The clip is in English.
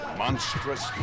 monstrous